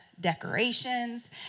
decorations